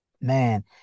man